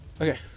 Okay